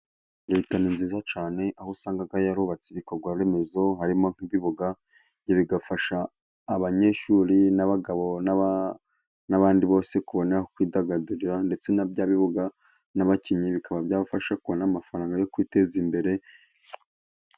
Leta ni nziza cyane, aho usanga yarubatse ibikorwa remezo, harimo nk'ibibuga ibyo bifasha abanyeshuri n'abagabo n'abandi bose, kubona aho kwidagadurira ndetse na bya bibuga n'abakinnyi, bikaba byabafasha kubona amafaranga yo kwiteza imbere.